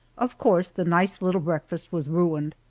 of course the nice little breakfast was ruined!